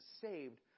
saved